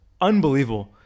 Unbelievable